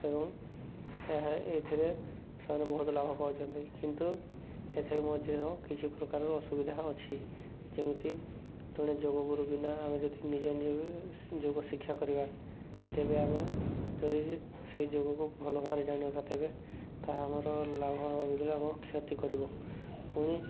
ଏବଂ ଏହା ଏଇଥିରେ ସେମାନେ ବହୁତ ଲାଭ ପାଉଛନ୍ତି କିନ୍ତୁ ଏଥିରେ ମଧ୍ୟ କିଛି ପ୍ରକାରର ଅସୁବିଧା ଅଛି ଯେମିତି ଜଣେ ଯୋଗରୁ ବିନା ଆମେ ଯଦି ନିଜେ ନିଜେ ଯୋଗ ଶିକ୍ଷା କରିବା ତେବେ ଆମେ ଯଦି ସେଇ ଯୋଗକୁ ଭଲ ଭାବରେ ଜାଣିବା ତେବେ ତାହା ଆମର ଲାଭ ହେଲେ ଆମର କ୍ଷତି କରିବ ପୁଣି